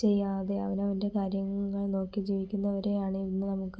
ചെയ്യാതെ അവനവൻ്റെ കാര്യങ്ങൾ നോക്കി ജീവിക്കുന്നവരെയാണ് ഇന്ന് നമുക്ക്